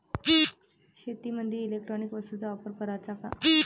शेतीमंदी इलेक्ट्रॉनिक वस्तूचा वापर कराचा का?